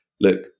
look